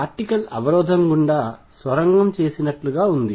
particle అవరోధం గుండా సొరంగం చేసినట్లుగా ఉంది